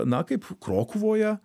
na kaip krokuvoje